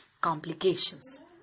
complications